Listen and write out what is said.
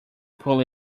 pull